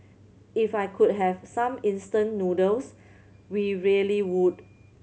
if I could have some instant noodles we really would